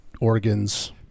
organs